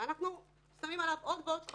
אז למה בוויכוח כזה צריך להעניש את החייב?